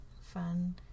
fun